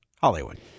hollywood